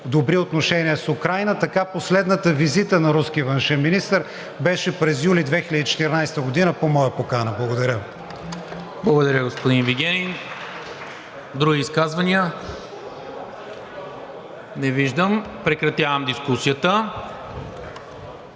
добри отношения с Украйна, така последната визита на руски външен министър беше през юли 2014 г. по моя покана. Благодаря. ПРЕДСЕДАТЕЛ НИКОЛА МИНЧЕВ: Благодаря, господин Вигенин. Други изказвания? Не виждам. Прекратявам дискусията.